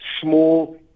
small